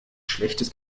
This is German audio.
schlechtes